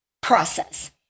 process